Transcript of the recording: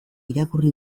irakurri